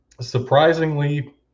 surprisingly